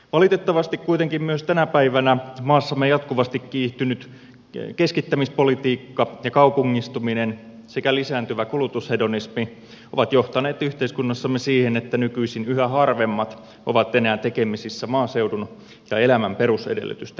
valitettavasti kuitenkin myös tänä päivänä maassamme jatkuvasti kiihtynyt keskittämispolitiikka ja kaupungistuminen sekä lisääntyvä kulutushedonismi ovat johtaneet yhteiskunnassamme siihen että nykyisin yhä harvemmat ovat enää tekemisissä maaseudun ja elämän perusedellytysten kanssa